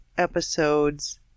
episodes